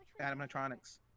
animatronics